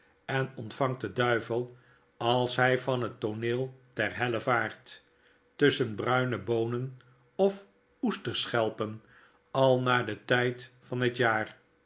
en ontvangt den duivel als hij van het tooneel ter helle vaart tusschen bruine boonen of oesterschelpen al naar den tjjd van het jaar